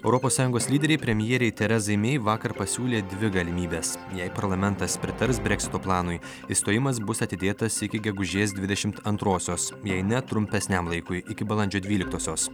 europos sąjungos lyderiai premjerei terezai mei vakar pasiūlė dvi galimybes jei parlamentas pritars breksito planui išstojimas bus atidėtas iki gegužės dvidešimt antrosios jei ne trumpesniam laikui iki balandžio dvyliktosios